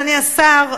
אדוני השר,